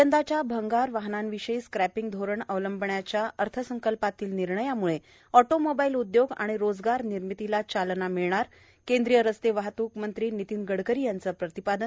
यंदाच्या भंगार वाहनांविषयी स्क्रॅपिंग धोरण अवलंबण्याच्या निर्णयामुळे ऑटोमोबाईल उद्योग आणि रोजगार निर्मितीला चालना मिळणार केंद्रीय रस्ते वाहतूक मंत्री नितिन गडकरी यांच प्रतिपादन